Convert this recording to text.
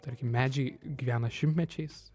tarkim medžiai gyvena šimtmečiais